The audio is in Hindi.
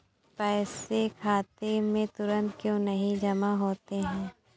पैसे खाते में तुरंत क्यो नहीं जमा होते हैं?